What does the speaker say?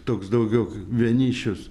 toks daugiau vienišius